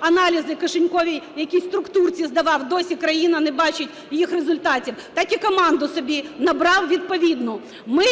аналізи в кишеньковій якійсь структурці здавав, досі країна не бачить їх результатів, так і команду собі набрав відповідну. Ми